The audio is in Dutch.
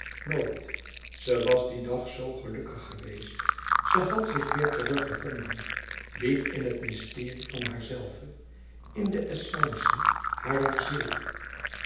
nooit ze was dien dag zoo gelukkig geweest ze had zich weêr teruggevonden diep in het mysterie van haarzelve in de essence harer ziel